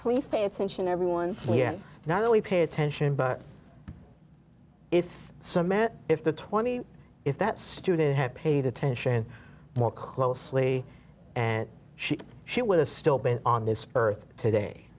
please pay attention everyone here not only pay attention but if some man if the twenty if that student had paid attention more closely and she she would have still been on this earth today